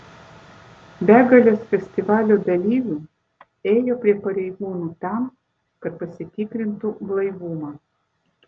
begalės festivalio dalyvių ėjo prie pareigūnų tam kad pasitikrintu blaivumą